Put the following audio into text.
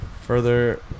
further